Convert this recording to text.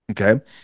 Okay